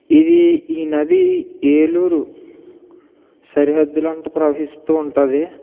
ఇది ఈ నది ఏలూరు సరిహద్దులెమ్మట ప్రవహిస్తూ ఉంటుంది